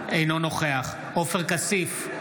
אינו נוכח עופר כסיף,